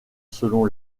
selon